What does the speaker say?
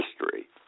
history